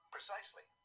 Precisely